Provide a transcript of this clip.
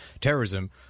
terrorism